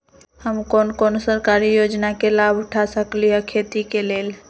हम कोन कोन सरकारी योजना के लाभ उठा सकली ह खेती के लेल?